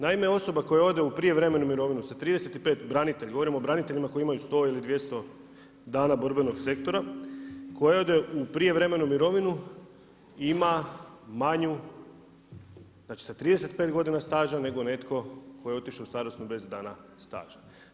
Naime, osoba koja ode u prijevremenu mirovinu sa 35, branitelji, govorimo o braniteljima koji imaju 100 ili 200 dana borbenog sektora, koji ode u prijevremenu mirovinu ima manju, znači sa 35 godina staža, nego netko tko je otišao u starosnu bez dana staža.